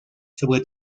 sobre